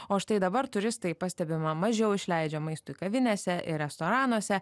o štai dabar turistai pastebima mažiau išleidžia maistui kavinėse ir restoranuose